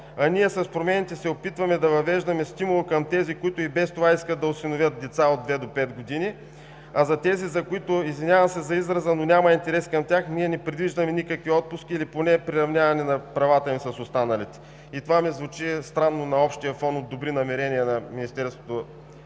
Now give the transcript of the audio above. Ние с промените се опитваме да въвеждаме стимул към тези, които и без това искат да осиновят деца от 2 до 5 години, а за тези, за които, извинявам се за израза, няма интерес към тях, ние не предвиждаме никакви отпуски или поне приравняване на правата им с останалите. И това ми звучи странно на общия фон от добри намерения на Министерския